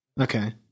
Okay